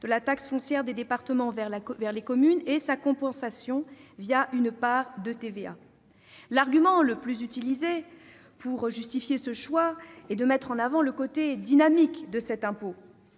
de la taxe foncière des départements aux communes et sa compensation l'attribution d'une part de TVA. L'argument le plus utilisé pour justifier ce choix consiste à mettre en avant le côté « dynamique » de cet impôt.